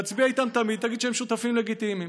תצביע איתם תמיד, תגיד שהם שותפים לגיטימיים.